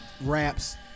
raps